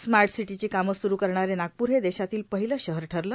smart सिटीची कामं सुरू करणारे नागपूर हे देशातील पहिलं शहर ठरलं